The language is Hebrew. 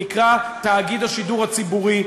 הוא נקרא תאגיד השידור הציבורי.